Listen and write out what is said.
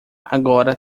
agora